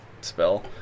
spell